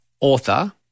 author